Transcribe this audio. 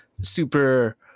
super